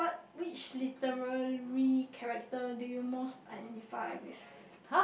which literary character do you most identify with